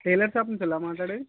tailor shop నుంచేనా మాట్లాడేది